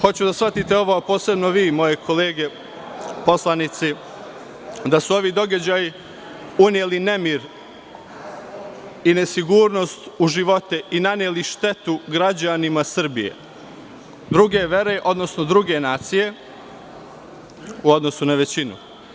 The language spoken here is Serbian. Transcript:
Hoću da shvatite ovo, posebno vi moje kolege poslanici, da su ovi događaji uneli nemir i nesigurnost u živote i naneli štetu građanima Srbije druge vere, odnosno druge nacije u odnosu na većinu.